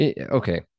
okay